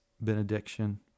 benediction